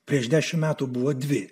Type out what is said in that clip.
prieš dešimt metų buvo dvi